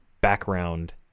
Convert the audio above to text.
background